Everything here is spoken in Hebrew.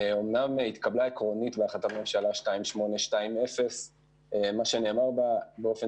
אמנם התקבלה עקרונית בהחלטת ממשלה 2820 ומה שנאמר בה באופן